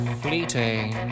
fleeting